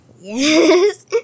Yes